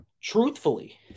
truthfully